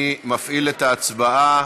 אני מפעיל את ההצבעה.